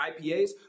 ipas